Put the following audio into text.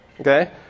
Okay